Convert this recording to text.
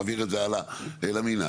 מעביר את זה הלאה למנהל,